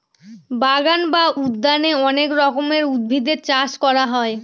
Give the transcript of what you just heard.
বাগান বা উদ্যানে অনেক রকমের উদ্ভিদের চাষ করা হয়